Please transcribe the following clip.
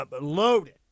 loaded